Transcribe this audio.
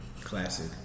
Classic